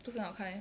不是好看 leh